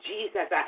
Jesus